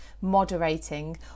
moderating